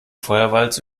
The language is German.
feuerwalze